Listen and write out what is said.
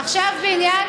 עכשיו בעניין